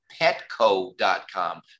Petco.com